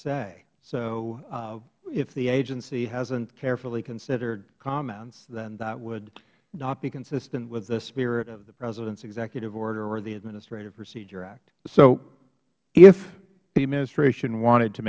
say so if the agency hasn't carefully considered comments then that would not be consistent with the spirit of the president's executive order or the administrative procedure act mister issa so if the administration wanted to